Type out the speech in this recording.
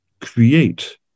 create